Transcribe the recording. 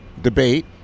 debate